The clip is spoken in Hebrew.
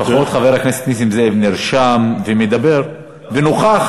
חבר הכנסת נסים זאב לפחות נרשם, מדבר ונוכח.